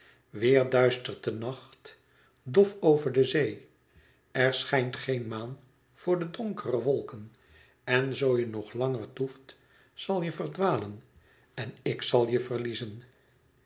weêr duistert de nacht dof over de zee er schijnt geen maan door de donkere wolken en zoo je nog langer toeft zal je verdwalen en ik zal je verliezen